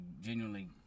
genuinely